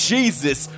Jesus